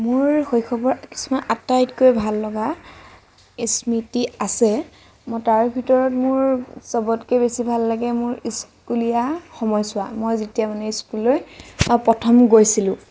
মোৰ শৈশৱৰ কিছুমান আটাইতকৈ ভাল লগা স্মৃতি আছে মই তাৰ ভিতৰত মোৰ চবতকৈ বেছি ভাল লাগে মোৰ স্কুলীয়া সময়ছোৱা মই যেতিয়া মানে স্কুললৈ মই প্ৰথম গৈছিলোঁ